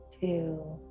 Two